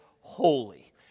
holy